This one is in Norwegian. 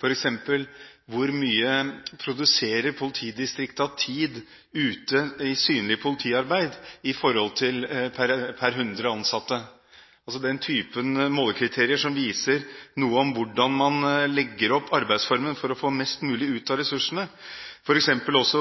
hvor mye politidistriktet produserer av tid ute i synlig politiarbeid per 100 ansatte – altså den type målekriterier som viser noe om hvordan man legger opp arbeidsformen for å få mest mulig ut av ressursene, f.eks.